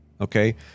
Okay